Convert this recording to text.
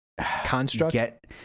Construct